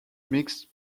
mixed